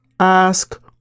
Ask